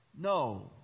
No